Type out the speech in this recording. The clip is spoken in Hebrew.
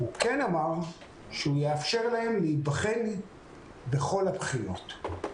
הוא כן אמר שהוא ייאפשר להם להיבחן בכל התכנים.